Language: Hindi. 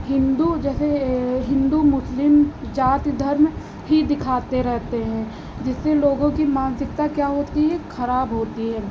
हिन्दू जैसे हिन्दू मुसलिम जाति धर्म ही दिखाते रहते हैं जिससे लोगों की मानसिकता क्या होती है खराब होती है